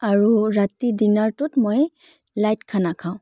আৰু ৰাতি ডিনাৰটোত মই লাইট খানা খাওঁ